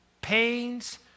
pains